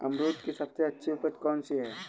अमरूद की सबसे अच्छी उपज कौन सी है?